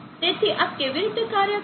તેથી આ કેવી રીતે કાર્ય કરે છે